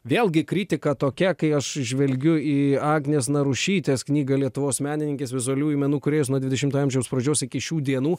vėlgi kritika tokia kai aš žvelgiu į agnės narušytės knyga lietuvos menininkės vizualiųjų menų kūrėjus nuo dvidešimto amžiaus pradžios iki šių dienų